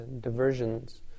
diversions